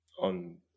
on